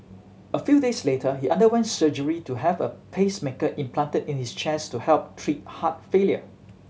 a few days later he underwent surgery to have a pacemaker implanted in his chest to help treat heart failure